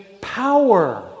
power